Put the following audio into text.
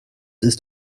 ist